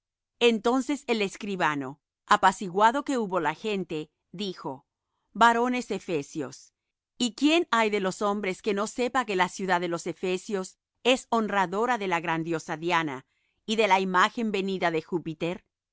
entonces el escribano apaciguado que hubo la gente dijo varones efesios y quién hay de los hombres que no sepa que la ciudad de los efesios es honradora de la gran diosa diana y de la imagen venida de júpiter